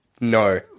No